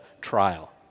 trial